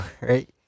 Right